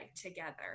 together